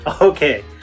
Okay